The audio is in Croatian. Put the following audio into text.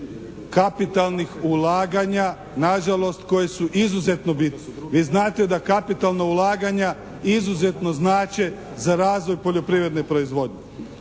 kapitalnih ulaganja nažalost koje su izuzetno bitne. Vi znate da kapitalna ulaganja izuzetno znače za razvoj poljoprivredne proizvodnje.